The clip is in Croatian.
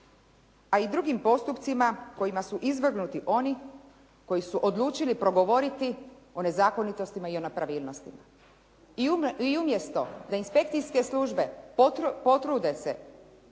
a i drugim postupcima kojima su izvrgnuti oni koji su odlučili progovoriti o nezakonitostima i o nepravilnostima. I umjesto da inspekcijske službe potrude se